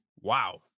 Wow